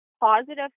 positive